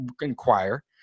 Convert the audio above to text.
inquire